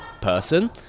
person